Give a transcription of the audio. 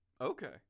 Okay